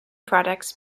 products